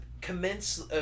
Commence